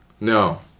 No